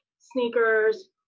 sneakers